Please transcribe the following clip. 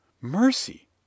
Mercy